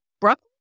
Brooklyn